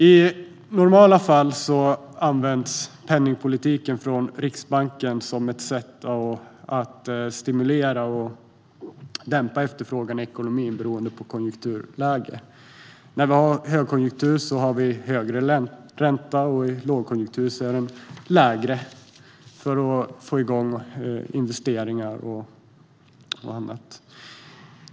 I normala fall använder Riksbanken penningpolitiken som ett sätt att stimulera eller dämpa efterfrågan i ekonomin beroende på konjunkturläge. När vi har högkonjunktur har vi högre ränta, och i lågkonjunktur är den lägre för att vi ska få igång investeringar och annat.